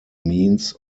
means